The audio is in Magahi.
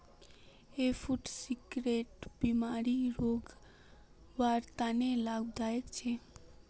एग फ्रूट सुगरेर बिमारीक रोकवार तने लाभदायक छे